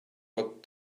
what